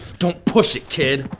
don't push it, kid.